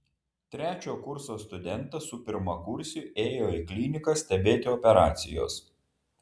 trečio kurso studentas su pirmakursiu ėjo į kliniką stebėti operacijos